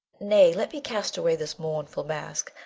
nay, let me cast away this mournful mask!